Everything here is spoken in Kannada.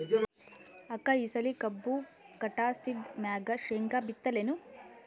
ಅಕ್ಕ ಈ ಸಲಿ ಕಬ್ಬು ಕಟಾಸಿದ್ ಮ್ಯಾಗ, ಶೇಂಗಾ ಬಿತ್ತಲೇನು?